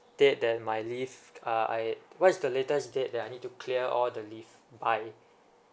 date that my leave uh I what is the latest date that I need to clear all the leave by